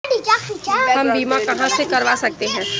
हम बीमा कहां से करवा सकते हैं?